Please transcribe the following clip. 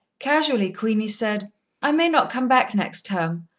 casually, queenie said i may not come back, next term.